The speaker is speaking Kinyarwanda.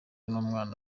n’umwana